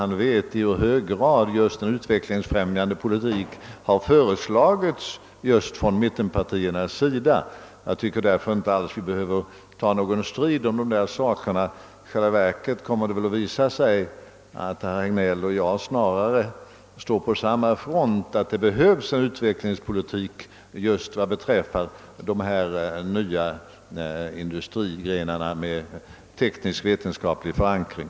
Han vet själv i vilken hög grad en utvecklingsfrämjande politik har förordats just av mittenpartierna. Jag tycker därför att vi inte alls behöver ta upp någon strid på denna punkt. I själva verket kommer det väl att visa sig att herr Hagnell och jag snarare har samma uppfattning om att det behövs en utvecklingspolitik just vad beträffar de nya industrigrenarna med teknisk-vetenskaplig förankring.